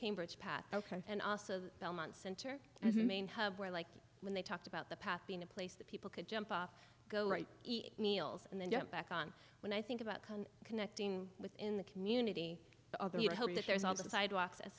cambridge path ok and also the belmont center as a main hub where like when they talked about the path being a place that people could jump off go right meals and then get back on when i think about connecting within the community you hope that there's also the sidewalks as